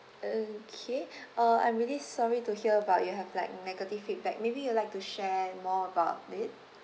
okay uh I'm really sorry to hear about you have like negative feedback maybe you like to share more about it